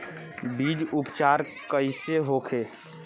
बीज उपचार कइसे होखे?